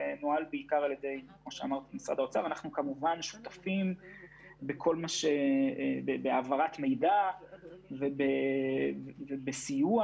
כמובן שאנחנו שותפים בהעברת מידע ובסיוע